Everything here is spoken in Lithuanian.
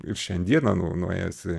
ir šiandieną nu nuėjęs į